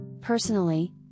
Personally